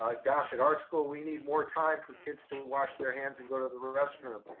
ah gosh, at our school we need more time for kids to wash their hands and go to the restroom.